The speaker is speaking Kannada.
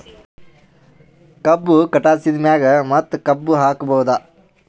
ಕಬ್ಬು ಕಟಾಸಿದ್ ಮ್ಯಾಗ ಮತ್ತ ಕಬ್ಬು ಹಾಕಬಹುದಾ?